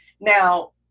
Now